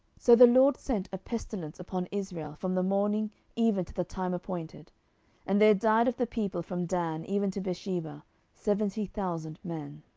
so the lord sent a pestilence upon israel from the morning even to the time appointed and there died of the people from dan even to beersheba seventy thousand men.